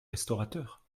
restaurateurs